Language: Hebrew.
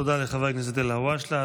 תודה לחבר הכנסת אלהואשלה.